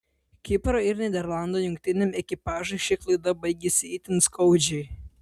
kipro ir nyderlandų jungtiniam ekipažui ši klaida baigėsi itin skaudžiai